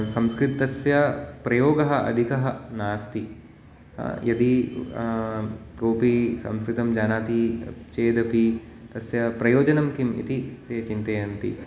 संस्कृतस्य प्रयोगः अधिकः नास्ति यदि कोपि संकृतं जानाति चेदपि तस्य प्रयोजनं किं इति ते चिन्तयन्ति